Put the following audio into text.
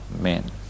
men